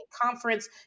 conference